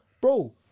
bro